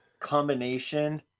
combination